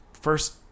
first